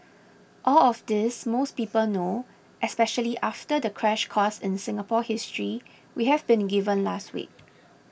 all of this most people know especially after the crash course in Singapore history we've been given last week